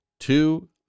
Two